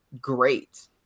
great